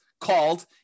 called